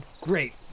great